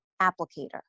applicator